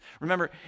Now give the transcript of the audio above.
Remember